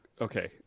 okay